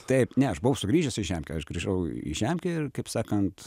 taip ne aš buvau sugrįžęs į žemkę aš grįžau į žemkę ir kaip sakant